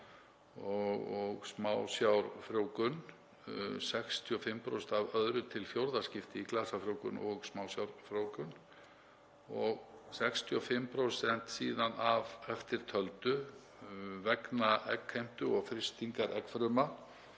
og smásjárfrjóvgun, 65% af öðru til fjórða skipti í glasafrjóvgun og smásjárfrjóvgun og síðan 65% af eftirtöldu vegna eggheimtu og frystingar eggfrumna,